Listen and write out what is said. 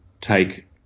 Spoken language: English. take –